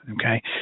okay